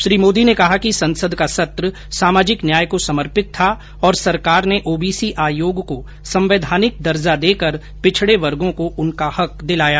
श्री मोदी ने कहा कि संसद का सत्र सामाजिक न्याय को समर्पित था और उनकी सरकार ने ओबीसी आयोग को संवैधानिक दर्जा देकर पिछडे वर्गों को उनका हक दिलाया